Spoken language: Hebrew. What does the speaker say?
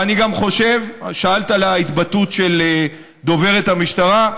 שאלת על ההתבטאות של דוברת המשטרה,